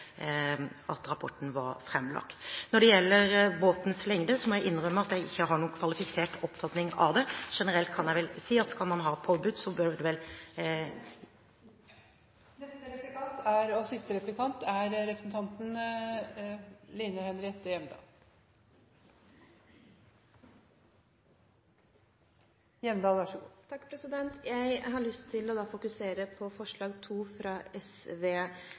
rapporten var framlagt. Når det gjelder båtens lengde, må jeg innrømme at jeg ikke har noen kvalifisert oppfatning av det. Generelt kan jeg vel si at skal man ha påbud, bør det vel